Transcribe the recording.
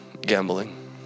gambling